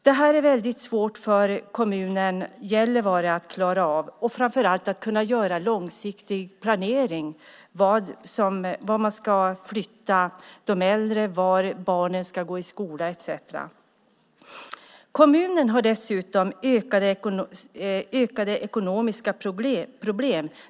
Detta är svårt för Gällivare kommun att klara av, framför allt att kunna göra långsiktig planering av vart man ska flytta de äldre, var barnen ska gå i skola etcetera. Kommunen har dessutom ökade ekonomiska problem.